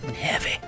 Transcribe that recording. Heavy